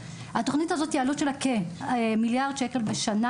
התוכנית הזאת, העלות שלה מיליארד שקל בשנה